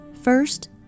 First